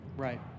Right